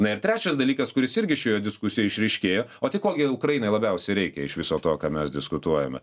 na ir trečias dalykas kuris irgi šioje diskusijoje išryškėjo o tai ko gi ukrainai labiausiai reikia iš viso to ką mes diskutuojame